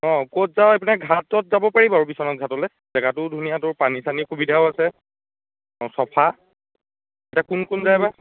অঁ ক'ত যাও এপিনে ঘাটত যাব পাৰি বাৰু বিশ্বনাথ ঘাটলৈ জেগাটোও ধুনীয়া তোৰ পানী চানী সুবিধাও আছে অঁ চফা এতিয়া কোন কোন যায় বা